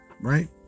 Right